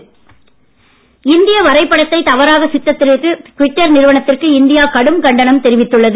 Twitter இந்திய வரைபடத்தை தவறாக சித்தரித்ததற்கு டுவிட்டர் நிறுவனத்திற்கு இந்தியா கடும் கண்டனம் தெரிவித்துள்ளது